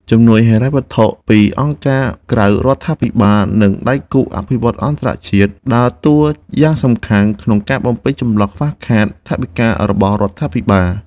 ជំនួយហិរញ្ញវត្ថុពីអង្គការមិក្រៅរដ្ឋាភិបាល និងដៃគូអភិវឌ្ឍន៍អន្តរជាតិដើរតួយ៉ាងសំខាន់ក្នុងការបំពេញចន្លោះខ្វះខាតថវិការបស់រដ្ឋាភិបាល។